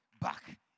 back